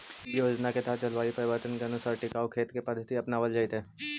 इ योजना के तहत जलवायु परिवर्तन के अनुसार टिकाऊ खेत के पद्धति अपनावल जैतई